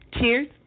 Cheers